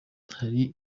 hari